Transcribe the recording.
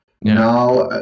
Now